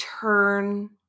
turn